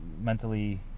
mentally